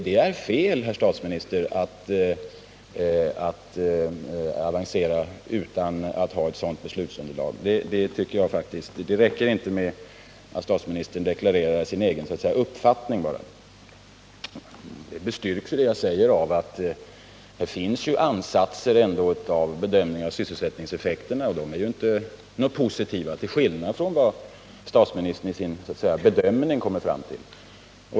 Det är fel, herr statsminister, att avancera utan att ha ett sådant beslutsunderlag. Det räcker inte med att statsministern bara deklarerat sin egen uppfattning. Det jag säger bestyrks av att det ändå finns ansatser till bedömningar av sysselsättningseffekterna, och de är inte positiva, till skillnad från vad statsministern i sin ”bedömning” kommer fram till.